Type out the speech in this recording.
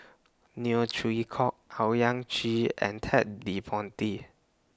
Neo Chwee Kok Owyang Chi and Ted De Ponti